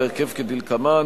בהרכב כדלקמן: